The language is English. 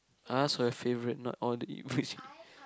I ask for your favourite not all the meat which you eat